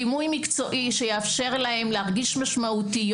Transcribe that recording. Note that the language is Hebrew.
דימוי מקצועי שיאפשר להן להרגיש משמעותיות.